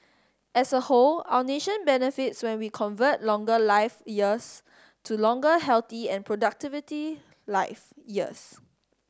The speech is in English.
as a whole our nation benefits when we convert longer life years to longer healthy and productivity life years